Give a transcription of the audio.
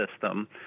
system